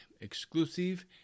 exclusive